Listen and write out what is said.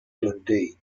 dundee